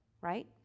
right